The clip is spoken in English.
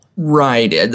Right